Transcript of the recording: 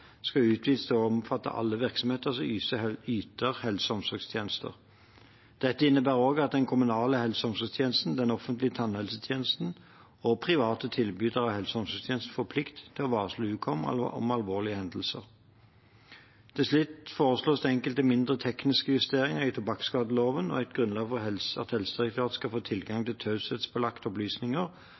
skal utvides til å omfatte alle virksomheter som yter helse- og omsorgstjenester. Dette innebærer også at den kommunale helse- og omsorgstjenesten, den offentlige tannhelsetjenesten og private tilbydere av helse- og omsorgstjenester får plikt til å varsle Ukom om alvorlige hendelser. Til slutt foreslås det enkelte mindre, tekniske justeringer i tobakksskadeloven og et grunnlag for at Helsedirektoratet skal få tilgang til taushetsbelagte opplysninger